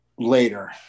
Later